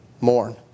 mourn